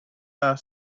her